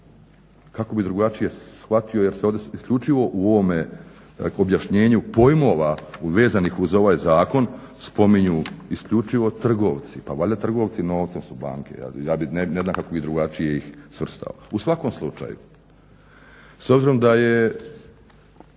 kako bi drugačije shvatio jer se ovdje isključivo u ovome objašnjenju pojmova vezanih uz ovaj zakon spominju isključivo trgovci, pa valjda trgovci novcem su banke, ne znam kako bi drugačije ih svrstao. U svakom slučaju, s obzirom da ovo